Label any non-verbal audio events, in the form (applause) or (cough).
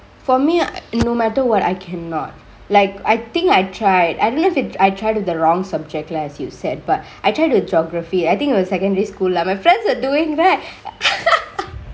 for me no matter what I cannot like I think I tried I believe I tried with the wrongk subject lah as you said but I tried with geography I think it was secondary school lah my friends were doingk that (laughs)